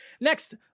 Next